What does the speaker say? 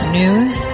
news